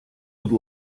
будь